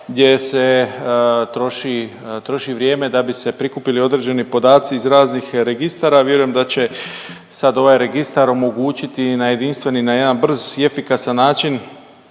gdje se troši vrijeme da bi se prikupili određeni podaci iz raznih registara, a vjerujem da će sad ovaj Registar omogućiti na jedinstven i na jedan brz i efikasan način